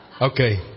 Okay